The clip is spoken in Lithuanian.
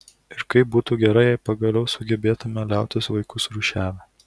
ir kaip būtų gerai jei pagaliau sugebėtume liautis vaikus rūšiavę